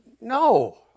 No